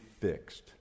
fixed